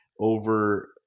over